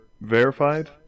verified